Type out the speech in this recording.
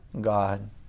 God